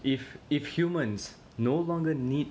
if if humans no longer need